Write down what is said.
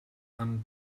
amb